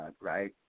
right